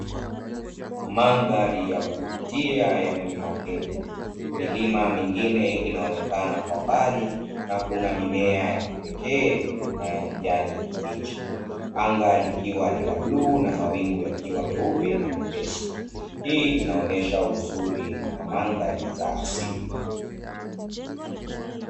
Mandhari ya kuvutia ya mlima Kenya, milima mingine inaonekana kwa mbali na kuna mimea ya kipekee na ya kijani kibichi. Anga likiwa ni la bluu na mawingu yakiwa meupe na mepesi. Hii inaonesha uzuri wa mandhari za asili.